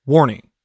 Warning